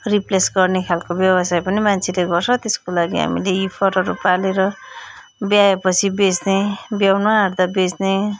replace गर्ने खालको व्यवसाय पनि मान्छेले गर्छ त्यसको लागि हामीले हिफरहरू पालेर ब्यायो पछि बेच्ने बियाउनु आँट्दा बेच्ने